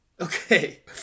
Okay